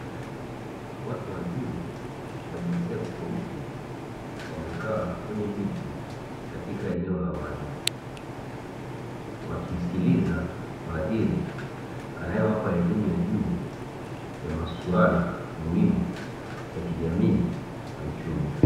Watu wazima wa jinsia tofauti wamekaa kwenye viti katika eneo la wazi, wakisikiliza padri anayewapa elimu ya juu ya maswala muhimu ya kijamii na uchumi.